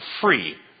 free